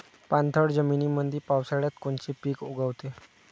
पाणथळ जमीनीमंदी पावसाळ्यात कोनचे पिक उगवते?